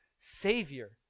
Savior